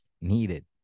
needed